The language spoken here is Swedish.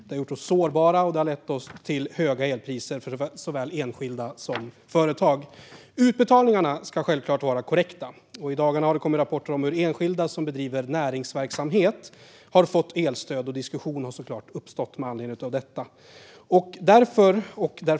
Det har gjort oss sårbara och har lett till höga elpriser för såväl enskilda som företag. Utbetalningarna ska självklart vara korrekta. I dagarna har det kommit rapporter om att enskilda som bedriver näringsverksamhet har fått elstöd, och det har naturligtvis uppstått en diskussion med anledning av det.